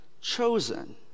chosen